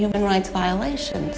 human rights violations